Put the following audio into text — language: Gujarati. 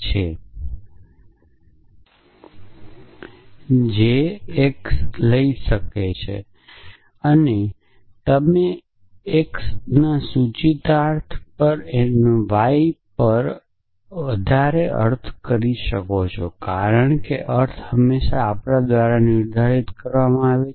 જો p નો અર્થ થાય છે અને સૂચિતાર્થ અને આનો અર્થ y એ x કરતા વધારે છે તેવો થશે કારણ કે અર્થ હંમેશાં આપણા દ્વારા નિર્ધારિત કરવામાં આવે છે